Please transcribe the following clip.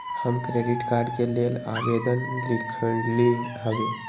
हम credit card के लेल आवेदन लिखली हबे